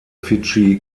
fidschi